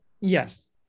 Yes